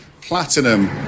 platinum